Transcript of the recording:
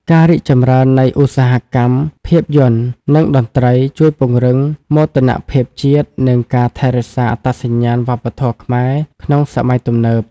ការរីកចម្រើននៃឧស្សាហកម្មភាពយន្ត និងតន្ត្រី ជួយពង្រឹងមោទនភាពជាតិ និងការថែរក្សាអត្តសញ្ញាណវប្បធម៌ខ្មែរក្នុងសម័យទំនើប។